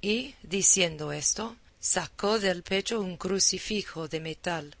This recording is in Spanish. y diciendo esto sacó del pecho un crucifijo de metal